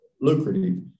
lucrative